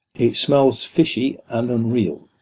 it smells fishy and unreal.